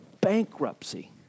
bankruptcy